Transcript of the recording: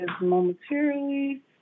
momentarily